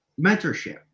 mentorship